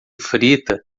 frita